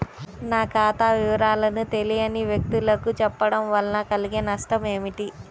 నా ఖాతా వివరాలను తెలియని వ్యక్తులకు చెప్పడం వల్ల కలిగే నష్టమేంటి?